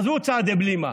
עזבו צעדי בלימה.